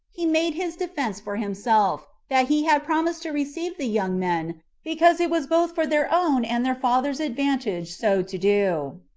he made his defense for himself, that he had promised to receive the young men, because it was both for their own and their father's advantage so to do,